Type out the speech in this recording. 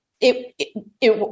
it—it